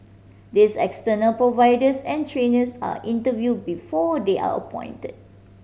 these external providers and trainers are interviewed before they are appointed